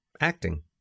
acting